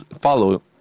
follow